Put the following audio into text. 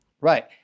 Right